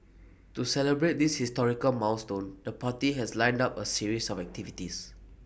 to celebrate this historical milestone the party has lined up A series of activities